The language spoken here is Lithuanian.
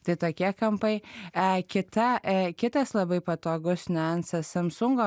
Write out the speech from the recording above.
tai tokie kampai e kita e kitas labai patogus niuansas samsungo